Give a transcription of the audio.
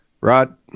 Rod